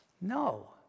No